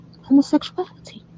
homosexuality